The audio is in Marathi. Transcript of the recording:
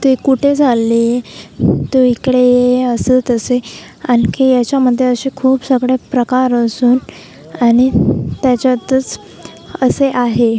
ते कुठे चालले तू इकडे ये असं तसे आणखी याच्यामध्ये असे खूप सगळे प्रकार असून आणि त्याच्यातच असे आहे